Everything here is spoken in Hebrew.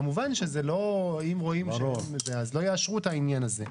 כמובן, שאם רואים אז לא יאשרו את העניין הזה.